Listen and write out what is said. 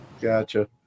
Gotcha